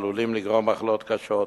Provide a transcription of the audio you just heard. העלולות לגרום מחלות קשות,